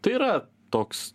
tai yra toks